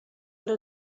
hora